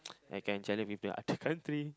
I can challenge people other country